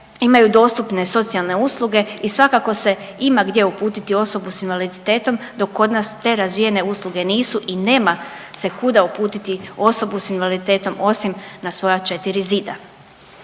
imaju dostupne socijalne usluge i svakako se ima gdje uputiti osobu sa invaliditetom, dok kod nas te razvijene usluge nisu i nema se kuda uputiti osobu sa invaliditetom osim na svoja četiri zida.